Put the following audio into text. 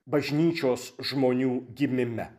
bažnyčios žmonių gimime